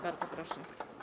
Bardzo proszę.